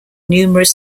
numerous